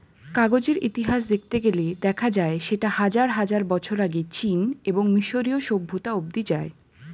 কাগজের ইতিহাস দেখতে গেলে দেখা যায় সেটা হাজার হাজার বছর আগে চীন এবং মিশরীয় সভ্যতা অবধি যায়